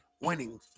winning